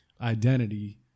identity